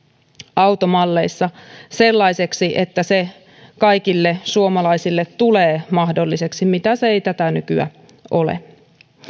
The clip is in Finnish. automalleissa sellaiseksi että se tulee kaikille suomalaisille mahdolliseksi mitä se ei tätä nykyä ole